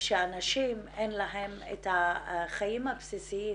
וכשאין לאנשים את החיים הבסיסיים